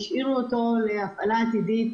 והם השאירו אותו להפעלה עתידית,